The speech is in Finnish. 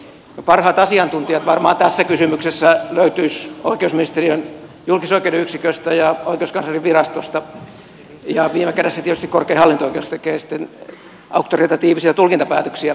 parhaat asiantuntijat varmaan tässä kysymyksessä löytyisivät oikeusministeriön julkisoikeuden yksiköstä ja oikeuskanslerinvirastosta ja viime kädessä tietysti korkein hallinto oikeus tekee sitten auktoritatiivisia tulkintapäätöksiä